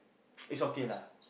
it's okay lah